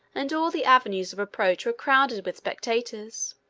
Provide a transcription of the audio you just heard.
and all the avenues of approach were crowded with spectators.